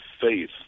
faith